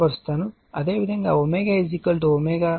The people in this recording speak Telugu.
కాబట్టి అదేవిధంగా ω ω2 వద్ద చేయండి